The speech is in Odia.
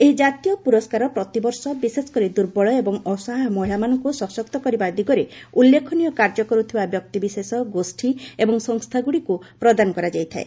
ଏହି ଜାତୀୟ ପୁରସ୍କାର ପ୍ରତିବର୍ଷ ବିଶେଷକରି ଦୂର୍ବଳ ଏବଂ ଅସହାୟ ମହିଳାମାନଙ୍କୁ ସଶକ୍ତ କରିବା ଦିଗରେ ଉଲ୍ଲେଖନୀୟ କାର୍ଯ୍ୟ କରୁଥିବା ବ୍ୟକ୍ତିବିଶେଷ ଗୋଷ୍ଠୀ ଏବଂ ସଂସ୍ଥାଗୁଡ଼ିକକୁ ପ୍ରଦାନ କରାଯାଇଥାଏ